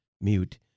mute